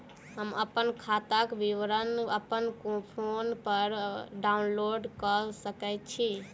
हम अप्पन खाताक विवरण अप्पन फोन पर डाउनलोड कऽ सकैत छी?